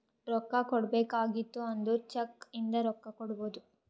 ರೊಕ್ಕಾ ಕೊಡ್ಬೇಕ ಆಗಿತ್ತು ಅಂದುರ್ ಚೆಕ್ ಇಂದ ರೊಕ್ಕಾ ಕೊಡ್ಬೋದು